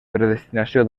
predestinació